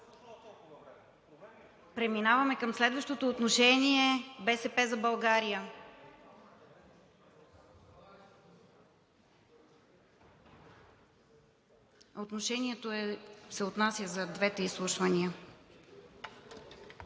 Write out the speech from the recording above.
Преминаваме към следващото отношение – „БСП за България“. Отношението се отнася за двете изслушвания.